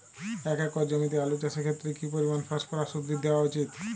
এক একর জমিতে আলু চাষের ক্ষেত্রে কি পরিমাণ ফসফরাস উদ্ভিদ দেওয়া উচিৎ?